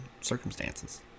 circumstances